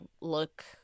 look